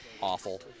awful